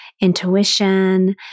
intuition